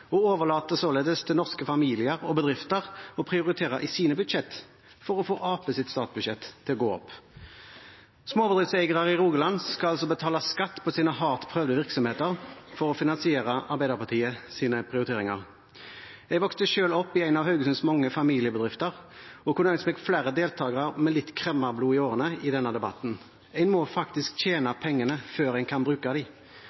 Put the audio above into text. og overlater således til norske familier og bedrifter å prioritere i sine budsjetter for å få Arbeiderpartiets statsbudsjett til å gå opp. Småbedriftseiere i Rogaland skal altså betale skatt på sine hardt prøvede virksomheter for å finansiere Arbeiderpartiets prioriteringer. Jeg vokste selv opp i en av Haugesunds mange familiebedrifter og kunne ønsket meg flere deltakere med litt kremmerblod i årene i denne debatten. En må faktisk tjene